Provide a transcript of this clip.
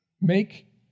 make